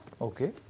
Okay